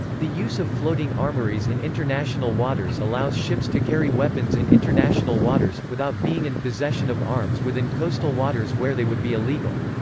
the use of floating armouries in international waters allows ships to carry weapons in international waters, without being in possession of arms within coastal waters where they would be illegal.